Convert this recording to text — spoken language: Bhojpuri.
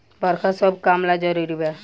बरखा सब काम ला जरुरी बा